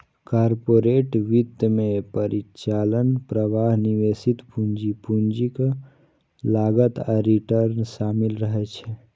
corporate वित्त मे परिचालन प्रवाह, निवेशित पूंजी, पूंजीक लागत आ रिटर्न शामिल रहै छै